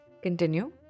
Continue